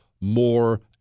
more